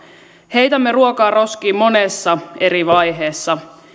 heitämme ruokaa roskiin monessa eri vaiheessa